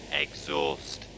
exhaust